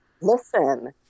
Listen